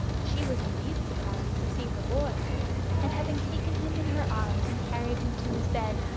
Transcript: she was indeed surprised to see her, boy and having taken him in her arms and carried him to his bed,